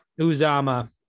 Uzama